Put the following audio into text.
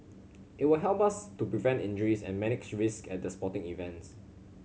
it will help us to prevent injuries and manage risk at the sporting events